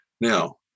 Now